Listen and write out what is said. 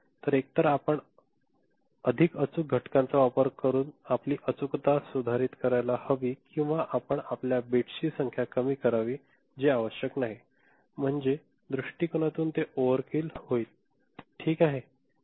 तर एकतर आपण अधिक अचूक घटकांचा वापर करून आपली अचूकता सुधारित करायला हवी किंवा आपण आपल्या बिट्सची संख्या कमी करावी जे आवश्यक नाही म्हणजे दृष्टिकोनातून ते ओव्हरकिल होईल आहे ठीक आहे